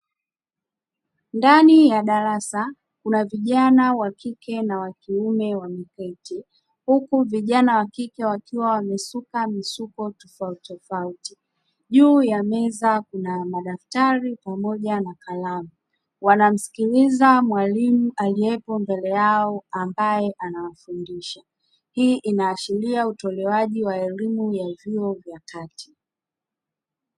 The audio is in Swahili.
Ndani ya darasa kuna vijana wa kike na wa kiume wameketi huku vijana wa kike wakiwa wamesuka misuko tofautitofauti. Juu ya meza kuna madaftari pamoja na kalamu, wanamsikiliza mwalimu aliyepo mbele yao ambaye anawafundisha. Hii inaashiria utolewaji wa elimu ya vyuo vya kati.